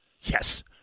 Yes